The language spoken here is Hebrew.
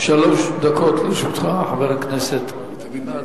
שלוש דקות לרשותך, חבר הכנסת כץ.